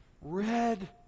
Red